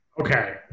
Okay